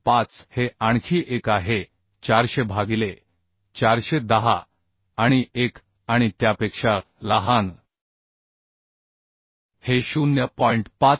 25 हे आणखी एक आहे 400 भागिले 410 आणि 1 आणि त्यापेक्षा लहान हे 0